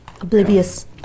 oblivious